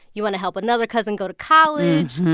you want to help another cousin go to college,